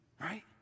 right